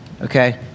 okay